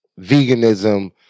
veganism